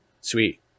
Sweet